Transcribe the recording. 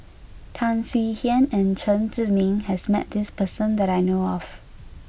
Tan Swie Hian and Chen Zhiming has met this person that I know of